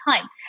time